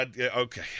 okay